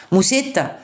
Musetta